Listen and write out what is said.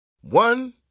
One